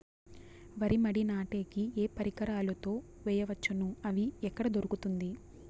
వరి మడి నాటే కి ఏ పరికరాలు తో వేయవచ్చును అవి ఎక్కడ దొరుకుతుంది?